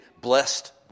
blessed